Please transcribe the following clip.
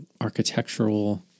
architectural